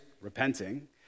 repenting